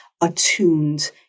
attuned